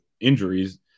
injuries